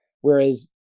Whereas